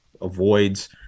avoids